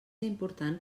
important